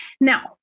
Now